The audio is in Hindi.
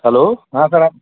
हेलो हाँ सर आप